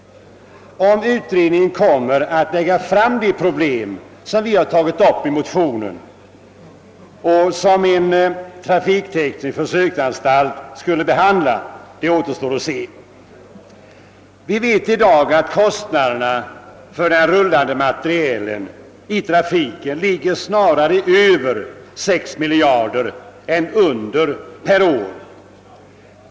— Om utredningen tar upp de problem som vi aktualiserat i motionerna och som en trafikteknisk försöksanstalt skulle behandla återstår som sagt att se. Vi vet i dag att kostnaderna för den rullande materielen i trafiken ligger snarare över än under 6 miljarder per år.